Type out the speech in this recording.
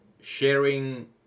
sharing